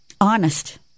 honest